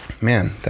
Man